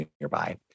nearby